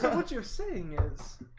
what you're saying is.